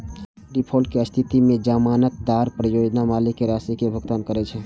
default के स्थिति मे जमानतदार परियोजना मालिक कें राशि के भुगतान करै छै